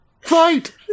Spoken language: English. fight